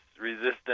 resistance